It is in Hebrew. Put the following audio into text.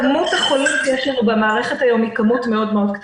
כמות החולים שיש לנו במערכת היום קטנה מאוד.